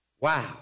Wow